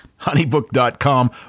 HoneyBook.com